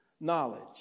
knowledge